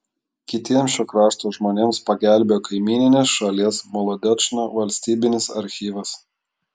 kitiems šio krašto žmonėms pagelbėjo kaimyninės šalies molodečno valstybinis archyvas